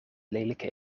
lelijke